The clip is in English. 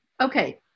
okay